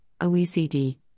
OECD